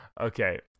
okay